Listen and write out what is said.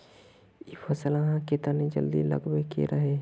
इ फसल आहाँ के तने जल्दी लागबे के रहे रे?